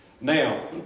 Now